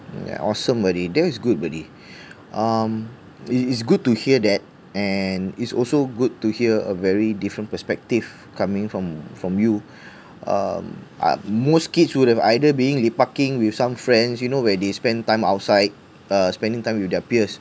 yeah awesome buddy that was good buddy um it's it's good to hear that and it's also good to hear a very different perspective coming from from you um ah most kids would have either being lepaking with some friends you know where they spend time outside uh spending time with their peers